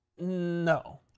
No